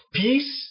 peace